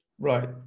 Right